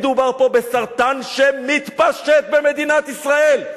מדובר פה בסרטן שמתפשט במדינת ישראל.